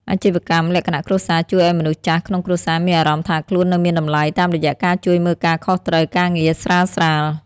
អាជីវកម្មលក្ខណៈគ្រួសារជួយឱ្យមនុស្សចាស់ក្នុងគ្រួសារមានអារម្មណ៍ថាខ្លួននៅមានតម្លៃ តាមរយៈការជួយមើលការខុសត្រូវការងារស្រាលៗ។